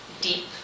deep